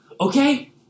Okay